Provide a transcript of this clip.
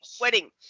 wedding